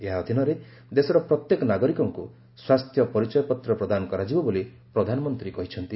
ଏହା ଅଧୀନରେ ଦେଶର ପ୍ରତ୍ୟେକ ନାଗରିକଙ୍କୁ ସ୍ୱାସ୍ଥ୍ୟ ପରିଚୟପତ୍ର ପ୍ରଦାନ କରାଯିବ ବୋଲି ପ୍ରଧାନମନ୍ତ୍ରୀ କହିଚ୍ଚନ୍ତି